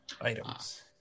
items